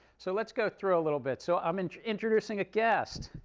so let's go through a little bit. so, i'm and introducing a guest.